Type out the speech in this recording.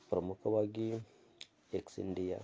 ಪ್ರಮುಖವಾಗಿ ಎಕ್ಸ್ಇಂಡಿಯಾ